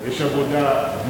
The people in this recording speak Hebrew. יש עבודה בראשות ברק,